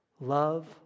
love